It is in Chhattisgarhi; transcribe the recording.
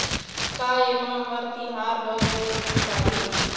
का ये म हर तिहार बर ऋण मिल पाही?